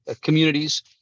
communities